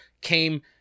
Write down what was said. came